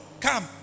Come